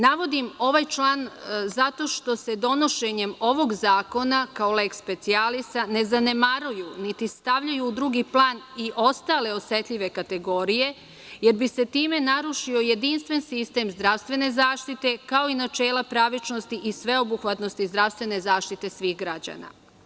Navodim ovaj član zato što se donošenjem ovog zakona kao leks specijalisa ne zanemaruju niti stavljaju u drugi plan i ostale osetljive kategorije, jer bi se time narušio jedinstven sistem zdravstvene zaštite, kao i načela pravičnosti i sveobuhvatnosti zdravstvene zaštite svih građana.